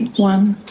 one.